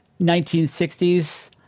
1960s